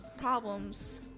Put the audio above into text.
problems